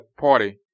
party